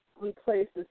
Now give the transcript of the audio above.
replaces